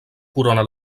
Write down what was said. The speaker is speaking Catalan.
corona